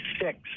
six